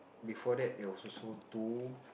before that there was also two